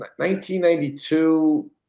1992